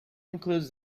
includes